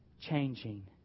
changing